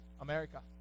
America